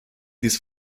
these